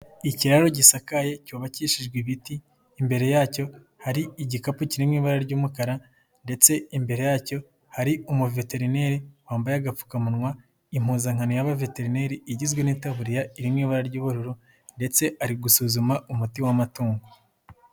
Ikiraro gisakaye cyubakishijwe ibiti, imbere yacyo hari igikapu kinrimo ibara ry'umukara ndetse imbere yacyo hari umuveterineri wambaye agapfukamunwa, impuzankano ya veterineri igizwe n'itaburiya iririmo ibara ry'ubururu ndetse ari gusuzuma umuti w'amatungo.